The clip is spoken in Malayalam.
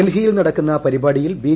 ഡൽഹിയിൽ നടക്കുന്ന പരിപാടിയിൽ ബി